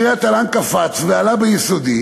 קפץ ועלה ביסודי